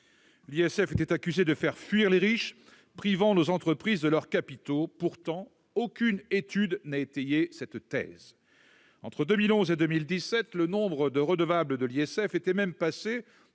L'ISF était accusé de faire fuir les riches, privant ainsi nos entreprises de leurs capitaux. Pourtant, aucune étude n'a étayé cette thèse. Entre 2011 et 2017, le nombre de redevables de l'ISF était même passé